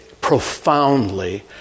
profoundly